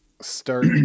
start